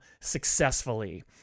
successfully